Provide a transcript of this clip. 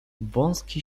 wąski